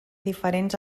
diferents